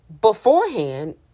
beforehand